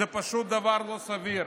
זה פשוט דבר לא סביר.